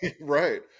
Right